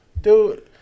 Dude